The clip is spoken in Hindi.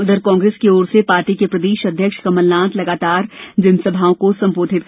उधर कांग्रेस की ओर से पार्टी के प्रदेश अध्यक्ष कमल नाथ लगातार जनसभाओं को संबोधित कर रहे हैं